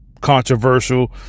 controversial